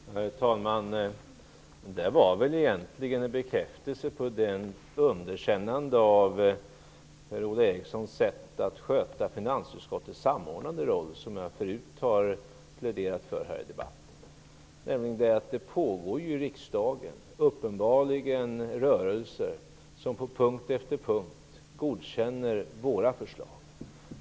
Herr talman! Detta var egentligen en bekräftelse på det underkännande av Per-Ola Erikssons sätt att sköta finansutskottets samordnande roll, som jag tidigare i debatten har pläderat för. Det förekommer uppenbarligen rörelser i riksdagen som på punkt efter punkt godkänner våra förslag.